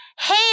Hey